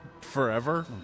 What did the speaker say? Forever